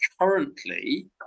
currently